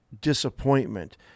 disappointment